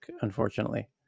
unfortunately